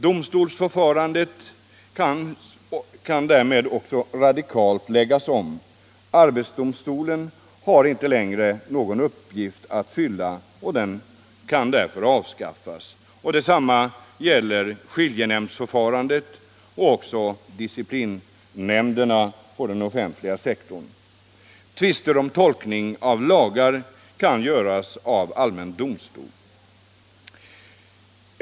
Domstolsförfarandet kan därmed radikalt läggas om. Arbetsdomstolen har inte längre någon uppgift att fylla och kan därför avskaffas. Detsamma gäller skiljenämndsförfarandet och disciplinnämnderna på den offentliga sektorn. Tvister om tolkning av lagar kan avgöras av civila domstolar.